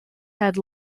had